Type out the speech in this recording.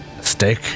Steak